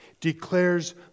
declares